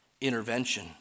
intervention